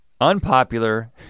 unpopular